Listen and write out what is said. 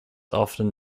often